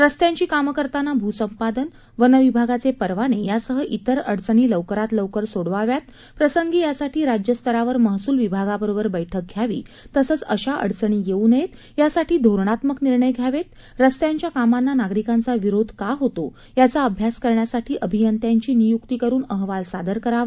रस्त्यांची कामं करताना भूसंपादन वन विभागाचे परवाने यासह इतर अडचणी लवकरात लवकर सोडवाव्यात प्रसंगी यासाठी राज्यस्तरावर महसूल विभागाबरोबर बैठक घ्यावी तसंच अशा अडचणी येऊ नयेत यासाठी धोरणात्मक निर्णय घ्यावेत रस्त्यांच्या कामांना नागरिकांचा विरोध का होतो याचा अभ्यास करण्यासाठी अभियंत्यांची नियुक्ती करून अहवाल सादर करावा